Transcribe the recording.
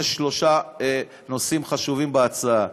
יש שלושה נושאים חשובים בהצעה: